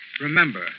Remember